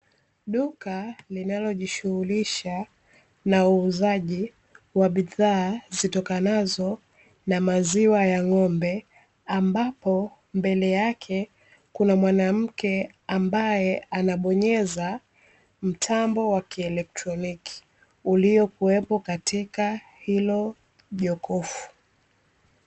Duka linalo jishughuhulisha na uuzaji wa bidhaa zitokanazo na maziwwa ya ng'ombe, ambapo mbele yake kuna mwanamke anabonyeza mtambo wa kielektroniki ulio kuwepo katika hilo jokofu.